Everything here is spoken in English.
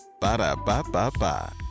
ba-da-ba-ba-ba